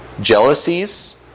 jealousies